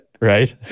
Right